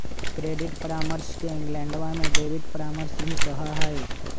credit परामर्श के इंग्लैंडवा में डेबिट परामर्श भी कहा हई